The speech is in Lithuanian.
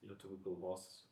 lietuvių kalbos